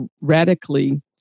radically